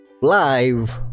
live